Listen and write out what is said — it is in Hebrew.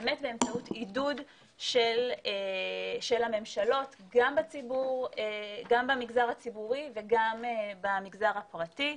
באמת באמצעות עידוד של הממשלות גם במגזר הציבורי וגם במגזר הפרטי,